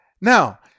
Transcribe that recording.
Now